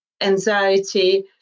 anxiety